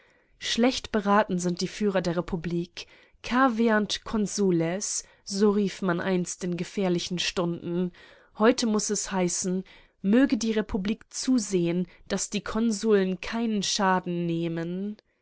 schlecht beraten sind die führer der republik caveant consules so rief man einst in gefährlichen stunden heute muß es heißen möge die republik zusehen daß die konsuln keinen schaden nehmen